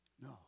No